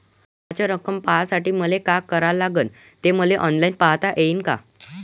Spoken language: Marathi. कराच रक्कम पाहासाठी मले का करावं लागन, ते मले ऑनलाईन पायता येईन का?